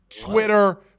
Twitter